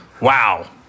Wow